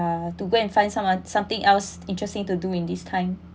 ya to go and find someone something else interesting to do in this time